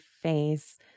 face